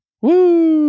woo